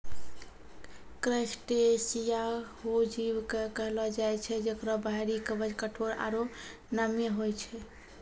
crustacea हो जीव कॅ कहलो जाय छै जेकरो बाहरी कवच कठोर आरो नम्य होय छै